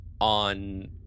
On